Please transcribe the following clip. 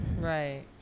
Right